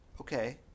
Okay